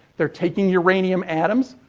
they're taking uranium atoms,